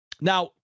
Now